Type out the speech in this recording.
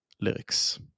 lyrics